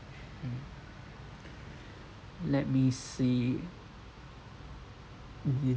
mm let me see is it